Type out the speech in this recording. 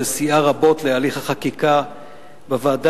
שסייעה רבות להליך החקיקה בוועדה,